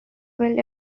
well